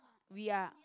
we are